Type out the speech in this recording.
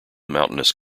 mountainous